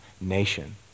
nation